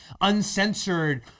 uncensored